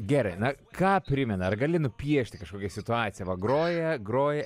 gerai na ką primena ar gali nupiešti kažkokią situaciją va groja groja